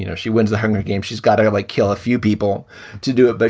you know she wins the hunger games. she's got to, like, kill a few people to do it. but,